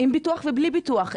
עם ביטוח ובלי ביטוח?